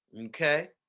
Okay